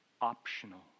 optional